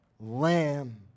Lamb